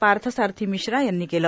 path Sarathi Mishra यांनी केलं